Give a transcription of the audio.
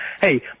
Hey